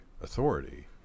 authority